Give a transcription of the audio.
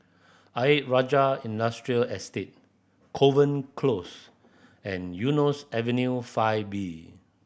Ayer Rajah Industrial Estate Kovan Close and Eunos Avenue Five B